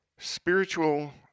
Spiritual